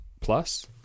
plus